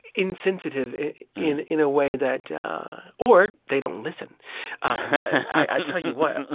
insensitive in in a way that or they don't listen i tell you what and